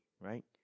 right